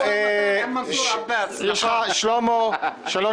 בבקשה, שלמה, שלוש